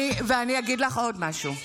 ואני רוצה להגיד לך עוד משהו,